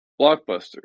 Blockbuster